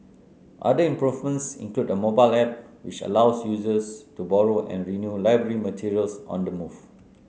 other improvements include a mobile app which allows users to borrow and renew library materials on the move